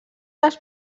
les